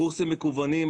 קורסים מקוונים,